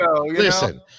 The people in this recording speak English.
listen